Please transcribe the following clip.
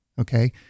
okay